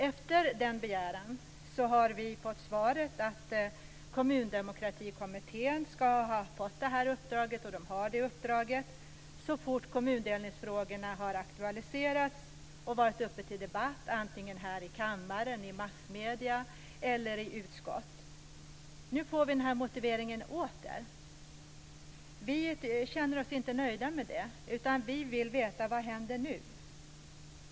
Efter den begäran har vi fått svaret att Kommundemokratikommittén har det här uppdraget; detta så fort kommundelningsfrågorna har aktualiserats och varit uppe till debatt, antingen här i kammaren eller också i massmedierna eller i något utskott. Nu får vi den här motiveringen åter. Vi känner oss dock inte nöjda utan vill veta vad som nu händer.